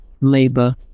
labor